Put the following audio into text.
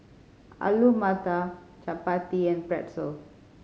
Alu Matar Chapati and Pretzel